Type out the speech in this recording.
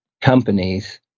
companies